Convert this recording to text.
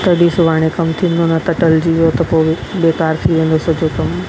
तॾहिं सुभाणे कमु थींदो न त टलिजी वियो त पोइ बेकार थी वेंदो सॼो कमु